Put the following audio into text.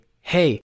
hey